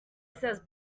says